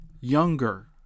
younger